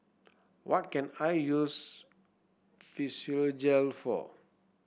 what can I use Physiogel for